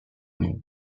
nom